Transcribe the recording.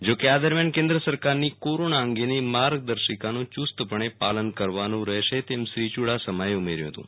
જો કે આ દરમયાન કેન્દ્ર સરકારની કોરોના અંગેની માર્ગદર્શિકાનુંચુસ્તપણે પાલન કરવાનુ રહેશે તેમ શ્રી યુડાસમાએ ઉમેર્યુ હતું